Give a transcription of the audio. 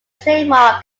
trademark